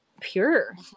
pure